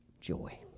joy